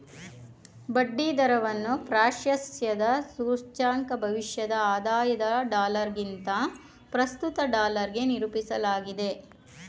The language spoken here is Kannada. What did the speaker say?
ಬಡ್ಡಿ ದರವನ್ನ ಪ್ರಾಶಸ್ತ್ಯದ ಸೂಚ್ಯಂಕ ಭವಿಷ್ಯದ ಆದಾಯದ ಡಾಲರ್ಗಿಂತ ಪ್ರಸ್ತುತ ಡಾಲರ್ಗೆ ನಿರೂಪಿಸಲಾಗಿದೆ